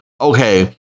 okay